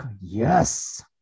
Yes